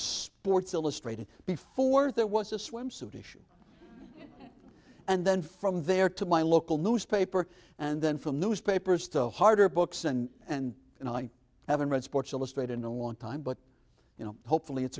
sports illustrated before there was a swimsuit issue and then from there to my local newspaper and then from newspapers to harder books and and and i haven't read sports illustrated in a long time but you know hopefully it's